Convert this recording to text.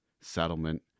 settlement